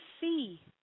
see